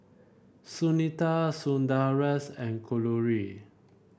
Sunita Sundaresh and Kalluri